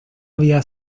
había